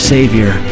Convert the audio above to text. Savior